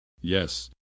yes